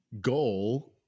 goal